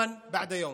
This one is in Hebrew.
יום אחר יום.